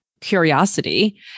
curiosity